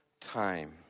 time